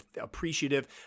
appreciative